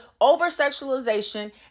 over-sexualization